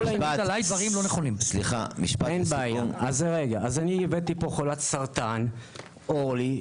אני הבאתי לפה חולת סרטן דרגה 4, אורלי.